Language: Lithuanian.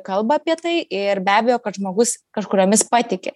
kalba apie tai ir be abejo kad žmogus kažkuriomis patiki